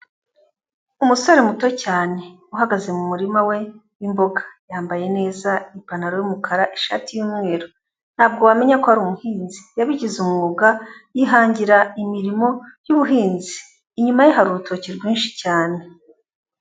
Umusore muto cyane uhagaze mu murima we w'imboga, yambaye neza ipantaro y'umukara, ishati y'umweru, ntabwo wamenye ko ari umuhinzi, yabigize umwuga yihangira imirimo y'ubuhinzi. Inyuma ye hari urutoki rwinshi cyane.